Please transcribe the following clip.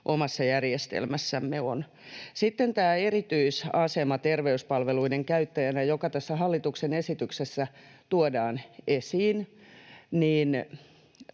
omassa järjestelmässämme on. Sitten tämä erityisasema terveyspalveluiden käyttäjänä, mikä hallituksen esityksessä tuodaan esiin: